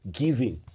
giving